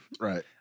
Right